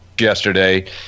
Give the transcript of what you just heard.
yesterday